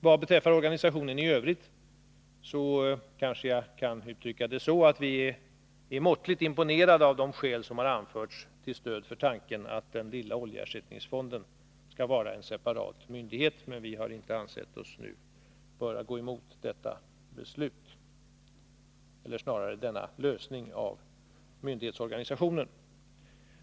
Vår syn på organisationen i övrigt kanske jag kan uttrycka så, att vi är måttligt imponerade av de skäl som har anförts till stöd för tanken att den lilla oljeersättningsfonden skall vara en separat myndighet. Men vi har inte ansett oss nu böra gå emot denna lösning av myndighetsorganisationen.